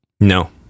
No